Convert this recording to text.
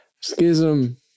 Schism